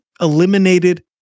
eliminated